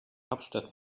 hauptstadt